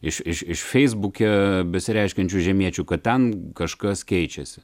iš iš iš feisbuke besireiškiančių žemiečių kad ten kažkas keičiasi